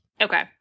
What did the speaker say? okay